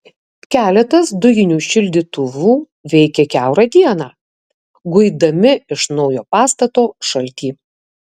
keletas dujinių šildytuvų veikė kiaurą dieną guidami iš naujo pastato šaltį